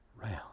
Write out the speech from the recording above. round